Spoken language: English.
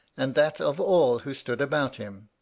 and that of all who stood about him.